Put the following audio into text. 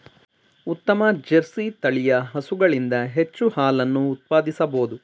ಉತ್ತಮ ಜರ್ಸಿ ತಳಿಯ ಹಸುಗಳಿಂದ ಹೆಚ್ಚು ಹಾಲನ್ನು ಉತ್ಪಾದಿಸಬೋದು